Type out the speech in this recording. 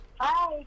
Hi